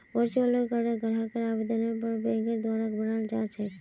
virtual कार्डक ग्राहकेर आवेदनेर पर बैंकेर द्वारा बनाल जा छेक